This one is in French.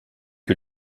que